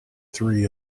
three